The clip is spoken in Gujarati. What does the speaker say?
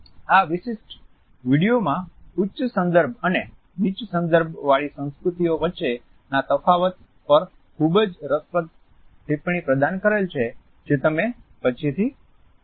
આ વિશિષ્ટ વિડિયોમા ઉચ્ચ સંદર્ભ અને નીચ્ચા સંદર્ભવાળી સંસ્કૃતિઓ વચ્ચેના તફાવતો પર ખૂબ જ રસપ્રદ ટિપ્પણી પ્રદાન કરેલ છે જે તમે પછીથી ચકાસી શકો છો